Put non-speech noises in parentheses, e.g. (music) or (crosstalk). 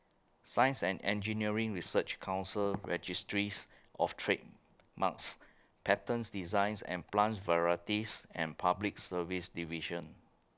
Science and Engineering Research Council (noise) Registries of Trademarks Patents Designs and Plant Varieties and Public Service Division